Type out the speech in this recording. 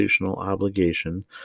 obligation